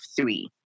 three